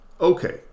okay